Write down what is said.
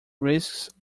risks